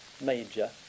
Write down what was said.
major